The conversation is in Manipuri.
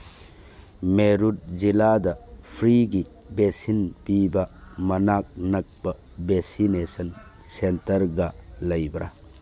ꯃꯦꯔꯨꯠ ꯖꯤꯂꯥꯗ ꯐ꯭ꯔꯤꯒꯤ ꯚꯦꯁꯤꯟ ꯄꯤꯕ ꯃꯅꯥꯛ ꯅꯛꯄ ꯚꯦꯁꯤꯅꯦꯁꯟ ꯁꯦꯟꯇꯔꯒ ꯂꯩꯕ꯭ꯔ